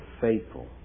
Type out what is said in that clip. faithful